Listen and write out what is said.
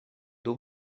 duu